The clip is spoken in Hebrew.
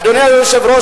אדוני היושב-ראש,